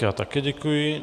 Já také děkuji.